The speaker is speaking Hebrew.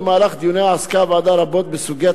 במהלך דיוניה עסקה הוועדה רבות בסוגיית